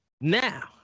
Now